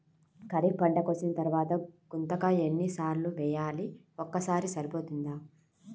ఖరీఫ్ పంట కోసిన తరువాత గుంతక ఎన్ని సార్లు వేయాలి? ఒక్కసారి సరిపోతుందా?